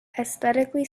aesthetically